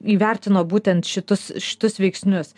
įvertino būtent šitus šitus veiksnius